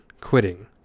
quitting